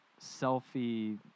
selfie